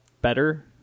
better